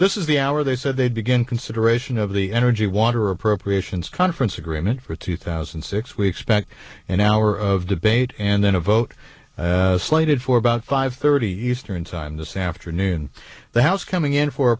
this is the hour they said they'd begin consideration of the energy water appropriations conference agreement for two thousand and six we expect an hour of debate and then a vote slated for about five thirty eastern time this afternoon the house coming in for